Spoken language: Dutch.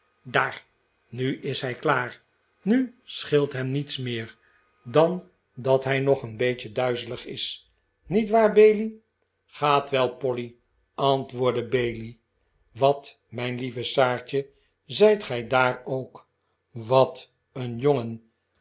daar nu is hij klaar nu scheelt hem niets meer dan dat hij nog een beetje duizelig is niet waar bailey gaat wel polly antwoordde bailey wat mijn lieve saartje zijt gij daar ook wat een jongen